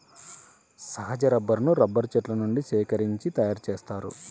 సహజ రబ్బరును రబ్బరు చెట్ల నుండి సేకరించి తయారుచేస్తారు